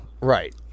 Right